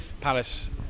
Palace